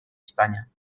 espanya